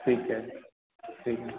ठीक है ठीक है